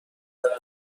نشدن